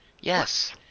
yes